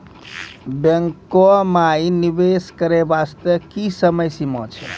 बैंको माई निवेश करे बास्ते की समय सीमा छै?